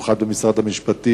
להקים אגף מיוחד במשרד המשפטים?